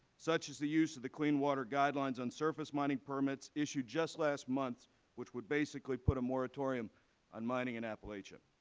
such as the use of the clean water guidelines on surface mining permits issued just last month which would basically put a moratorium on mining in appalachia.